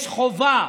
יש חובה